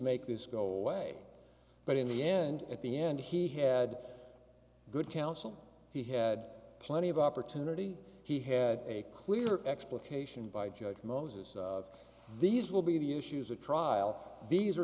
make this go away but in the end at the end he had good counsel he had plenty of opportunity he had a clear explication by judge moses these will be the issues of trial these are